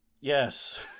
Yes